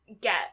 get